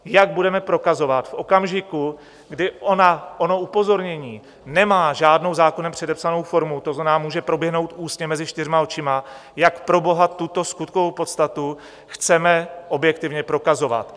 Jak budeme prokazovat v okamžiku, kdy ono upozornění nemá žádnou zákonem předepsanou formu, to znamená, může proběhnout ústně mezi čtyřma očima, jak proboha tuto skutkovou podstatu chceme objektivně prokazovat?